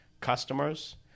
customers